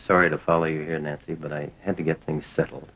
sorry to follow you nancy but i have to get things settled